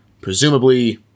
Presumably